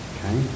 Okay